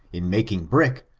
in making brick,